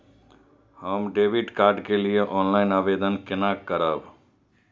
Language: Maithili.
हम डेबिट कार्ड के लिए ऑनलाइन आवेदन केना करब?